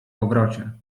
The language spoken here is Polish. powrocie